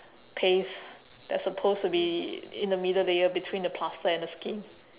paste that's supposed to be in the middle layer between the plaster and the skin